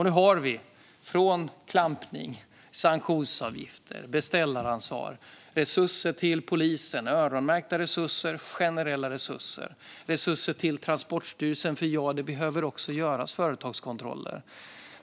Nu har vi fått klampning, sanktionsavgifter, beställaransvar, både öronmärkta och generella resurser till polisen och resurser till Transportstyrelsen, för ja, det behöver också göras företagskontroller.